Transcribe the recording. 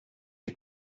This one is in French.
des